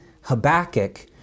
Habakkuk